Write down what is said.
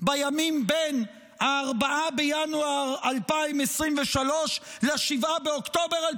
בימים בין 4 בינואר 2023 ל-7 באוקטובר 2023?